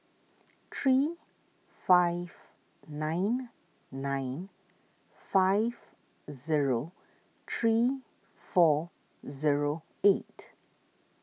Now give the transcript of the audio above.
three five nine nine five zero three four zero eight